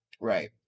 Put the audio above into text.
right